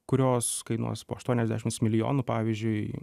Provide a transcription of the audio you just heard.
kurios kainuos po aštuoniasdešims milijonų pavyzdžiui